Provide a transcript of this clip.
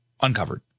uncovered